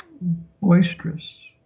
boisterous